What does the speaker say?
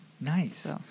Nice